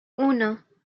uno